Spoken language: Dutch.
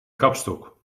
kapstok